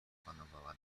panowała